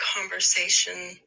conversation